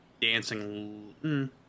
Dancing